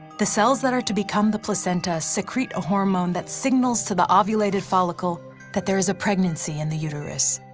the cells that are to become the placenta secrete a hormone that signals to the ovulated follicle that there is a pregnancy in the uterus.